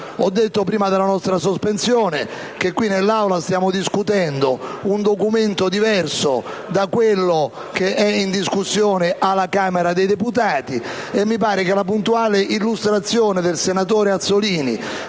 Ho detto prima della sospensione che qui in Aula stiamo discutendo un documento diverso da quello in discussione alla Camera dei deputati. Mi sembra che la puntuale illustrazione del senatore Azzollini,